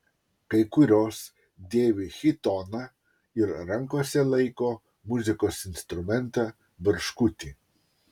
kai kurios dėvi chitoną ir rankose laiko muzikos instrumentą barškutį